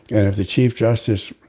and if the chief justice.